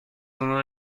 uno